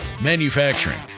Manufacturing